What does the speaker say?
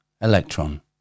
electron